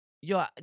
Yo